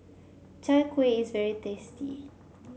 Chai Kueh is very tasty